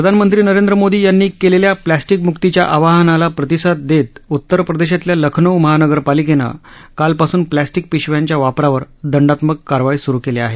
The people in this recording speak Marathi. प्रधानमंत्री नरेंद्र मोदी यांनी केलेल्या प्लॅस्टीकम्क्तीच्या आवाहनाला प्रतिसाद देत उत्तर प्रदेशातल्या लखनऊ महानगरपालिकेनं कालपासून प्लॅस्टीक पिशव्यांच्या वापरावर दंडात्मक कारवाई सुरु केली आहे